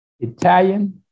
Italian